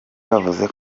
bavuze